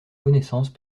connaissances